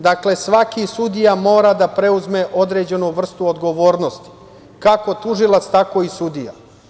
Dakle, svaki sudija mora da preuzme određenu vrstu odgovornosti, kako tužilac, tako i sudija.